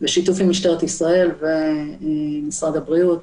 בשיתוף עם משטרת ישראל ועם משרד הבריאות,